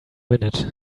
minute